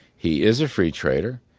he is a free trader.